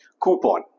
Coupon